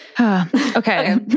Okay